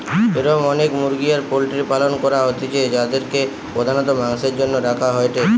এরম অনেক মুরগি আর পোল্ট্রির পালন করা হইতিছে যাদিরকে প্রধানত মাংসের জন্য রাখা হয়েটে